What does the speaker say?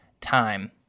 time